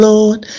Lord